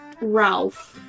Ralph